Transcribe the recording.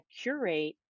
curate